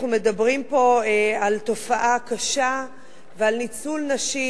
אנחנו מדברים פה על תופעה קשה ועל ניצול נשים.